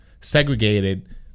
segregated